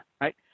right